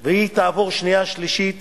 והיא תעבור שנייה ושלישית